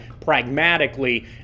pragmatically